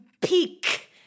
Peak